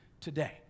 today